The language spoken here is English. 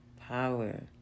power